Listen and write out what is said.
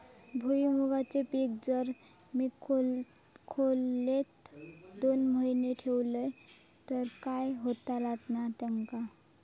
भुईमूगाचा पीक जर मी खोलेत दोन महिने ठेवलंय तर काय होतला नाय ना?